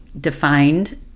defined